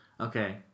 Okay